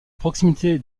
proximité